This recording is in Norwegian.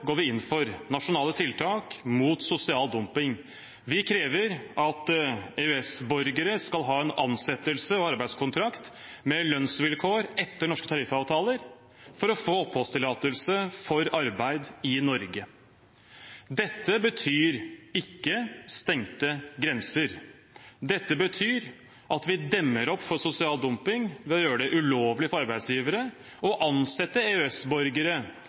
går vi inn for nasjonale tiltak mot sosial dumping. Vi krever at EØS-borgere skal ha en ansettelses- og arbeidskontrakt med lønnsvilkår etter norske tariffavtaler for å få oppholdstillatelse for å arbeide i Norge. Dette betyr ikke stengte grenser. Dette betyr at vi demmer opp for sosial dumping ved å gjøre det ulovlig for arbeidsgivere å ansette